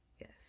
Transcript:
Yes